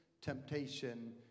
temptation